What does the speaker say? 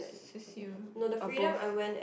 or both